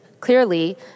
clearly